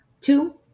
Two